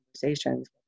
conversations